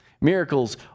Miracles